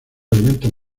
elementos